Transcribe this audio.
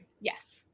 Yes